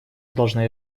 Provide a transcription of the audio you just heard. должна